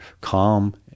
calm